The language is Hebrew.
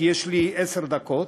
כי יש לי עשר דקות.